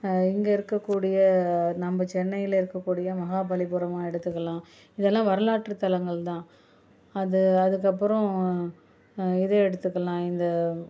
இங்கே இருக்கக்கூடிய நம்ம சென்னையில் இருக்கக்கூடிய மகாபலிபுரம எடுத்துக்கலாம் இதெல்லாம் வரலாற்று தலங்கள் தான் அது அதுக்கப்புறம் இதை எடுத்துக்கலாம் இந்த